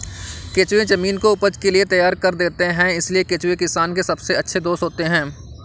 केंचुए जमीन को उपज के लिए तैयार कर देते हैं इसलिए केंचुए किसान के सबसे अच्छे दोस्त होते हैं